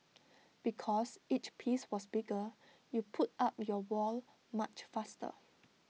because each piece was bigger you put up your wall much faster